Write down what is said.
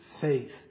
faith